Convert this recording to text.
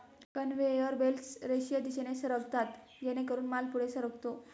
conveyor belts रेषीय दिशेने सरकतात जेणेकरून माल पुढे सरकतो